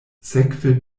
sekve